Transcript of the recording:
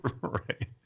right